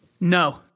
No